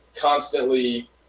constantly